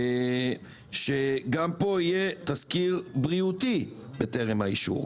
שגם פה יהיה תסקיר בריאותי בטרם האישור.